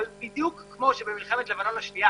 אבל בדיוק כמו שבמלחמת לבנון השנייה